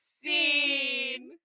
scene